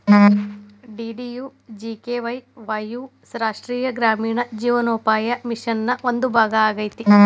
DDUGKY Y U Rashtriya Gramin Jeevanopaya mission ನ ಒಂದು ಭಾಗ ಆಗೇತಿ